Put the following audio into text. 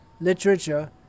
literature